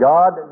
God